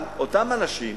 אבל אותם אנשים,